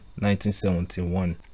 1971